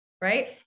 Right